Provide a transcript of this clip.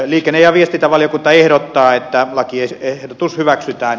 liikenne ja viestintävaliokunta ehdottaa että lakiehdotus hyväksytään